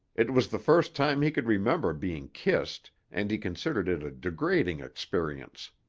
it was the first time he could remember being kissed and he considered it a degrading experience.